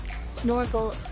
Snorkel